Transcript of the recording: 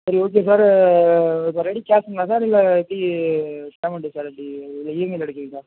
சரி okay sir இப்போ ready கேஸூங்களா சார் இல்லை எப்படி பேமண்ட்டு சார் எப்படி இல்லை இஎம்ஐயில் எடுக்கிறிங்களா